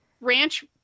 ranch